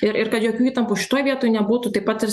ir ir kad jokių įtampų šitoj vietoj nebūtų taip pat irs